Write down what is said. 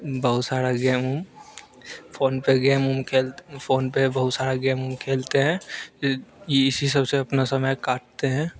बहुत सारे game um phone पर गेम उम खेल फ़ोन पर बहुत सारे गेम उम खेलते हैं इसी सब से अपना समय काटते हैं